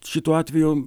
šituo atveju